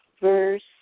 verse